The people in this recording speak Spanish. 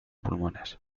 pulmones